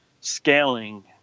scaling